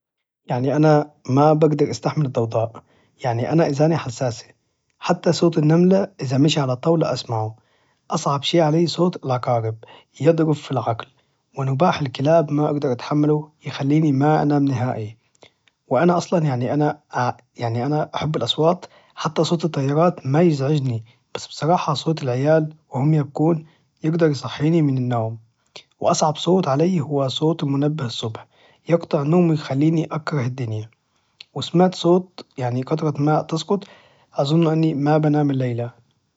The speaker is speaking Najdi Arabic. يعني أنا مابجدر استحمل الضوضاء يعني أنا اذاني حساسة حتى صوت النمل إذا مشي على الطاولة اسمعه أصعب شي علي صوت العقارب يضرب في العقل ونباح الكلاب ما أجدر اتحمله يخليني ما انام نهائي وانا اصلا يعني أنا ااا أنا أحب الأصوات حتى صوت الطيارات ما يزعجني بس بصراحة صوت العيال وهم يبكون يجدر يصحيني من النوم وأصعب صوت علي هو صوت المنبه الصبح يقطع نومي ويخليني اكره الدنيا لو سمعت صوت يعني قطرة ماء تسقط أظن أني ما بنام الليلة